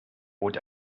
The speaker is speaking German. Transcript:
bot